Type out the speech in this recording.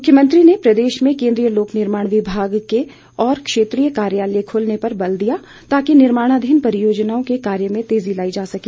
मुख्यमंत्री ने प्रदेश में केंद्रीय लोक निर्माण विभाग के और क्षेत्रीय कार्यालय खोलने पर बल दिया ताकि निर्माणाधीन परियोजनाओं के कार्य में तेजी लाई जा सके